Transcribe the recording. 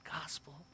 gospel